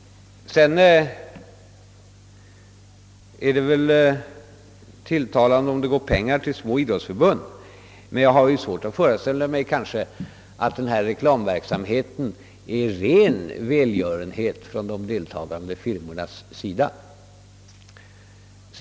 Det är naturligtvis tilltalande om de små idrottsförbunden får pengar, men jag har svårt att föreställa mig att denna reklamverksamhet är ren välgörenhet från de deltagande firmornas sida.